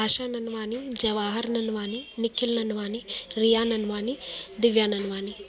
Asha Nanwani Jawahar Nanwani Nikhil Nanwani Riya Nanwani Divya Nanwani